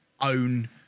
own